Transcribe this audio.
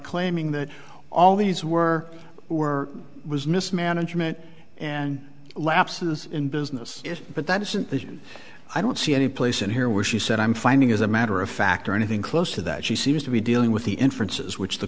claiming that all these were were was mismanagement and lapses in business but that isn't then i don't see any place and here was she said i'm finding as a matter of fact or anything close to that she seems to be dealing with the inferences which the